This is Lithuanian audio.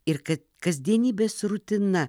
ir kad kasdienybės rutina